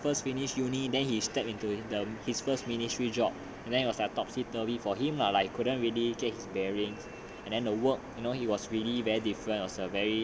first finish uni then he stepped into the his first business ministry job and then it was like a for him lah like he couldn't really keep his bearings and then the work you know he was really very different or survey